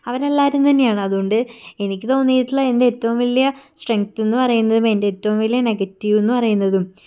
അവരെല്ലാവരും തന്നെയാണ് അതുകൊണ്ട് എനിക്ക് തോന്നിയിട്ടുള്ള എൻ്റെ ഏറ്റവും വലിയ സ്ട്രെങ്ത്ന്ന് പറയുന്നതും എൻ്റെ ഏറ്റവും വലിയ നെഗറ്റീവ്ന്ന് പറയുന്നതും